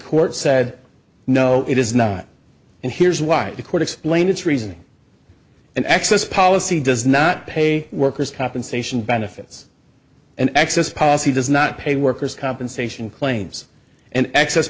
court said no it is not and here's why the court explained its reasoning and excess policy does not pay workers compensation benefits and excess policy does not pay workers compensation claims and excess